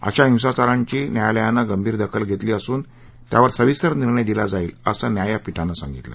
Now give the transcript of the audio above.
अशा हिसाचाराची न्यायालयानं गंभीर दखल घक्ली असून त्यावर सविस्तर निर्णय दिला जाईल असं न्यायपीठानं सांगितलं